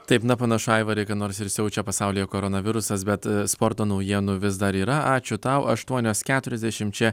taip na panašu aivarai kad nors ir siaučia pasaulyje koronavirusas bet sporto naujienų vis dar yra ačiū tau aštuonios keturiasdešim čia